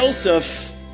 Joseph